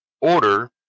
order